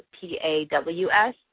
P-A-W-S